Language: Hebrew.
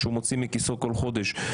שהוא הוציא מכיסו כל חודש,